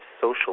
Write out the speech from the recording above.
social